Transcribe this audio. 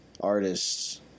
artists